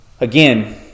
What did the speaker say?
Again